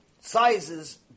sizes